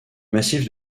massif